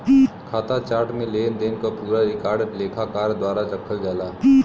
खाता चार्ट में लेनदेन क पूरा रिकॉर्ड लेखाकार द्वारा रखल जाला